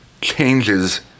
changes